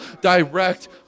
direct